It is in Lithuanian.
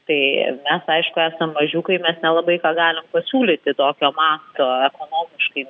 tai mes aišku esam mažiukai bet nelabai ką galim pasiūlyti tokio mato ekonomiškai